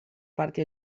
parti